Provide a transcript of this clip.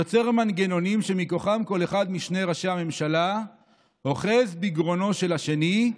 "יוצר מנגנונים שמכוחם כל אחד משני ראשי הממשלה אוחז בגרונו של השני,